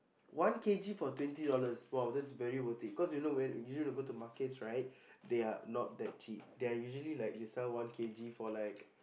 one k_g for twenty dollars !wow! that's very worth it cause when usually you go to markets right they are not that cheap they are usually like they sell one k_g for like